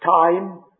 time